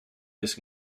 jest